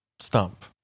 Stump